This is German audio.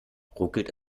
ruckelt